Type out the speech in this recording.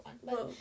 one